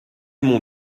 mon